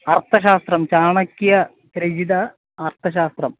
अर्थशास्त्रं चाणक्यः रचितम् अर्थशास्त्रम्